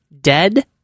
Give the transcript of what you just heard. dead